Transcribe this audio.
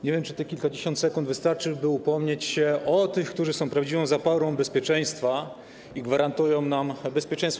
Nie wiem, czy te kilkadziesiąt sekund wystarczy, by upomnieć się o tych, którzy są prawdziwą zaporą bezpieczeństwa i gwarantują nam bezpieczeństwo.